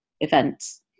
events